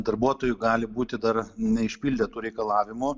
darbuotojų gali būti dar neišpildę tų reikalavimų